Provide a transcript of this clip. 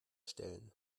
stellen